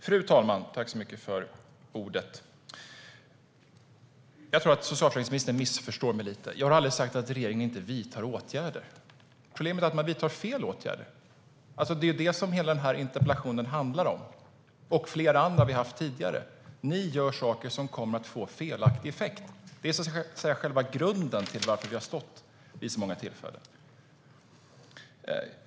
Fru talman! Jag tror att socialförsäkringsministern missförstår mig lite. Jag har aldrig sagt att regeringen inte vidtar åtgärder. Problemet är att ni vidtar fler åtgärder. Det som hela den här interpellationsdebatten handlar om, och flera andra som vi har haft tidigare, är att ni gör saker som kommer att få felaktig effekt. Det är det som är själva grunden till att vi har stått här vid så många tillfällen.